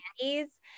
candies